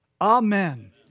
Amen